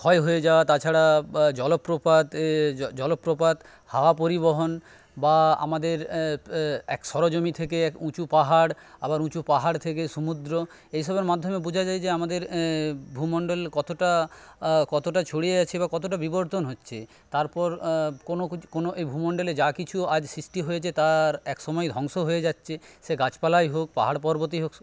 ক্ষয় হয়ে যাওয়া তাছাড়া জলপ্রপাত জলপ্রপাত হাওয়া পরিবহন বা আমাদের এক সরজমি থেকে উঁচু পাহাড় আবার উঁচু পাহাড় থেকে সমুদ্র এইসবের মাধ্যমে বোঝা যায় যে আমাদের ভুমন্ডল কতটা কতটা ছড়িয়ে আছে বা কতটা বিবর্তন হচ্ছে তারপর কোনো কোনো এই ভুমন্ডলে যা কিছু আজ সৃষ্টি হয়েছে তার একসময় ধ্বংস হয়ে যাচ্ছে সে গাছপালাই হোক পাহাড় পর্বতই হোক